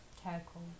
tackle